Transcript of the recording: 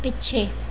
ਪਿੱਛੇ